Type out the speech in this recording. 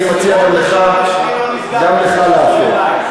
אני מציע גם לך לעקוב.